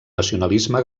nacionalisme